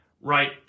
right